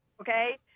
Okay